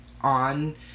on